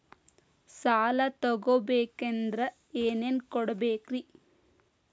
ಸಾಲ ತೊಗೋಬೇಕಂದ್ರ ಏನೇನ್ ಕೊಡಬೇಕ್ರಿ?